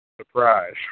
surprise